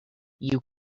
you